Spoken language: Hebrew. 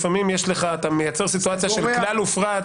לפעמים אתה מייצר סיטואציה של כלל ופרט.